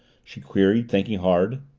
she queried, thinking hard.